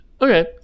okay